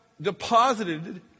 deposited